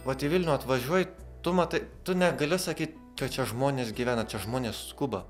vat į vilnių atvažiuoji tu matai tu negali sakyt kad čia žmonės gyvena čia žmonės skuba